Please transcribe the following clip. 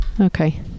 Okay